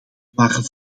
waren